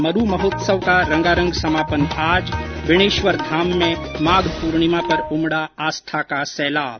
मरू महोत्सव का रंगारंग समापन आज बेणेश्वर धाम में माघ पूर्णिमा पर उमड़ा आस्था का सैलाब